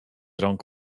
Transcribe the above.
rąk